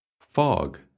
Fog